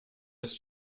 ist